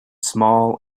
small